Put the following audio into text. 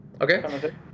Okay